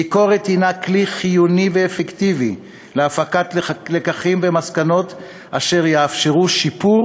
ביקורת היא כלי חיוני ואפקטיבי להפקת לקחים ומסקנות אשר יאפשרו שיפור